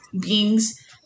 beings